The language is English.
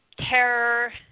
terror